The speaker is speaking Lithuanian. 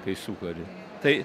kai sukuri tai